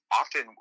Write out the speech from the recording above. often